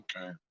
Okay